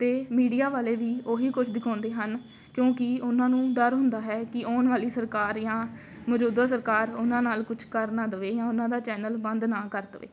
ਅਤੇ ਮੀਡੀਆ ਵਾਲੇ ਵੀ ਉਹੀ ਕੁਛ ਦਿਖਾਉਂਦੇ ਹਨ ਕਿਉਂਕਿ ਉਹਨਾਂ ਨੂੰ ਡਰ ਹੁੰਦਾ ਹੈ ਕਿ ਆਉਣ ਵਾਲੀ ਸਰਕਾਰ ਜਾਂ ਮੌਜੂਦਾ ਸਰਕਾਰ ਉਹਨਾਂ ਨਾਲ ਕੁਛ ਕਰ ਨਾ ਦੇਵੇ ਜਾਂ ਉਹਨਾਂ ਦਾ ਚੈਨਲ ਬੰਦ ਨਾ ਕਰ ਦੇਵੇ